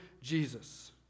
Jesus